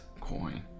coin